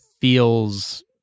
feels